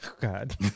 God